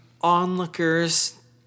onlookers